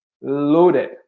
loaded